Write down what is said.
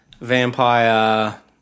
vampire